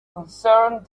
concerned